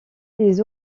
les